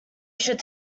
should